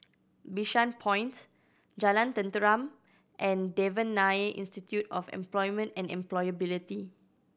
Bishan Point Jalan Tenteram and Devan Nair Institute of Employment and Employability